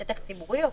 פרטי.